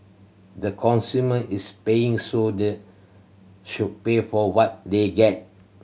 the consumer is paying so they should pay for what they get